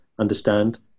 understand